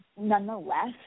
nonetheless